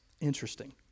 Interesting